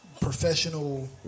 professional